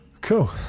Cool